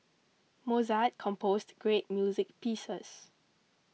Mozart composed great music pieces